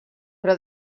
però